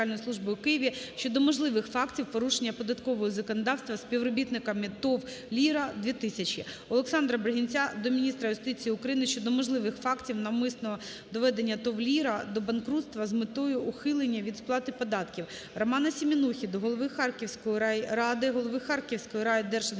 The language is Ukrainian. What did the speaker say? Олександра Бригінця до міністра юстиції України щодо можливих фактів навмисного доведення ТОВ "ЛІРА-2000" до банкротства з метою ухилення від сплати податків. Романа Семенухи до голови Харківської райради, голови Харківської райдержадміністрації